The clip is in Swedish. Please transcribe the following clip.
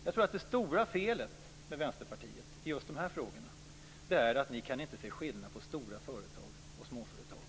Jag tror att det stora felet med Vänsterpartiet när det gäller just dessa frågor är att ni inte kan se skillnad på stora företag och småföretag.